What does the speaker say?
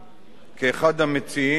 חבר הכנסת זאב אלקין,